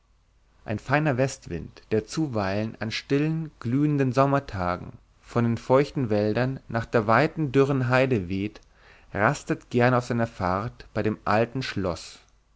ein feiner westwind der zuweilen an stillen glühenden sommertagen von den feuchten wäldern nach der weiten dürren heide weht rastet gern auf seiner fahrt bei dem alten schloß